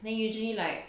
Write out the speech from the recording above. then usually like